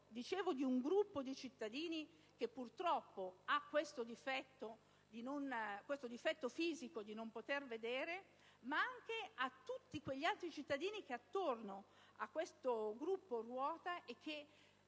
solo di un gruppo di cittadini che, purtroppo, ha il difetto fisico di non poter vedere, ma anche di tutti gli altri cittadini che intorno a questo gruppo ruota e che,